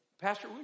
Pastor